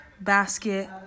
basket